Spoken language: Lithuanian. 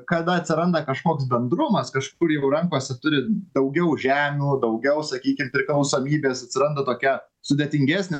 kada atsiranda kažkoks bendrumas kažkur jau rankose turi daugiau žemių daugiau sakykim priklausomybės atsiranda tokia sudėtingesnė